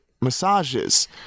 massages